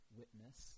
witness